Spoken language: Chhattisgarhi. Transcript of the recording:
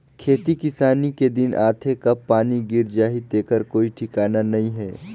खेती किसानी के दिन आथे कब पानी गिर जाही तेखर कोई ठिकाना नइ हे